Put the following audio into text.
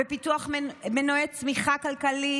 בפיתוח מנועי צמיחה כלכלית,